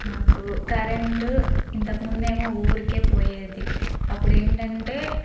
నాకు కరెంటు ఇంతకుముందేమో ఊరికే పోయేది అప్పుడేంటంటే